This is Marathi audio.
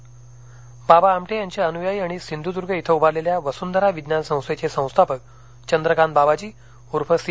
निधन नाईक बाबा आमटे यांचे अनुयायी आणि सिंधुदुर्ग इथं उभारलेल्या वसुंधरा विज्ञान संस्थेचे संस्थापक चंद्रकांत बाबाजी उर्फ सी